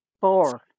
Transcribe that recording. four